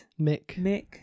Mick